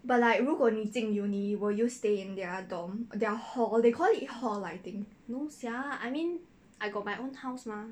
but like 如果你进 uni will you stay in their dorm their hall they call it hall lah I think